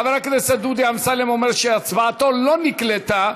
חבר הכנסת דודי אמסלם אומר שהצבעתו לא נקלטה.